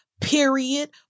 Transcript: Period